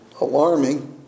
alarming